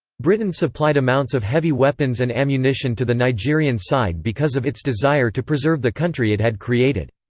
britain supplied amounts of heavy weapons and ammunition to the nigerian side because of its desire to preserve the country it had created.